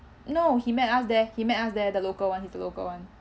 no he met us there he met us there the local one the local one